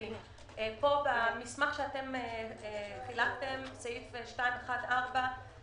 פה במסמך שחילקתם סעיף 2(1)(4)